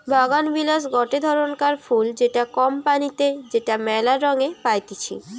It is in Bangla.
বাগানবিলাস গটে ধরণকার ফুল যেটা কম পানিতে যেটা মেলা রঙে পাইতিছি